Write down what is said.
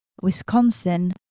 Wisconsin